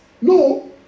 no